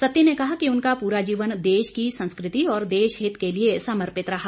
सत्ती ने कहा कि उनका पूरा जीवन देश की संस्कृति और देश हित के लिए समर्पित रहा